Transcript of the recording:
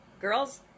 girls